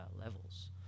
levels